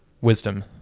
wisdom